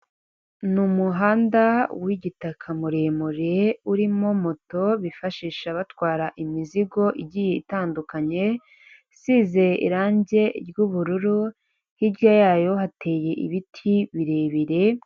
Ni umuhanda w'igitaka muremure urimo moto bifashisha batwara imizigo igiye itandukanye, isize irangi ry'ubururu, hirya yayo hateye ibiti birebire.